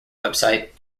website